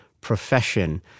profession